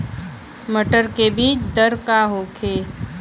मटर के बीज दर का होखे?